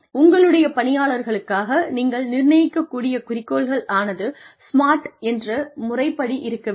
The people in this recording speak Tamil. உங்களுடைய பணியாளர்களுக்காக நீங்கள் நிர்ணயிக்கக்கூடிய குறிக்கோள்கள் ஆனது 'SMART' என்ற முறைப்படி இருக்க வேண்டும்